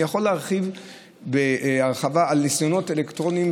אני יכול להרחיב על ניסיונות אלקטרוניים